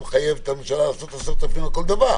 מחייב את הממשלה להטיל קנס של 10,000 שקלים על כל דבר,